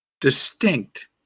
distinct